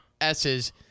S's